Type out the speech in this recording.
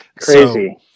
Crazy